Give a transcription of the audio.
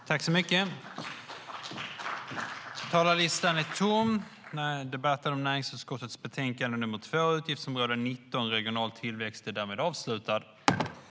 )